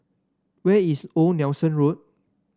where is Old Nelson Road